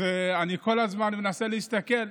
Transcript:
אז אני כל הזמן מנסה להסתכל,